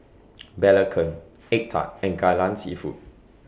Belacan Egg Tart and Kai Lan Seafood